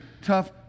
tough